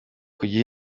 kujya